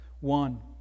One